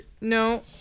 No